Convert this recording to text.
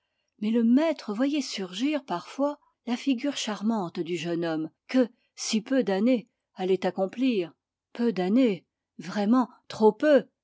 mais le maître voyait surgir parfois la figure charmante du jeune homme que si peu d'années allaient accomplir peu d'années vraiment trop peu